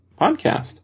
podcast